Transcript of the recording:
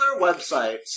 websites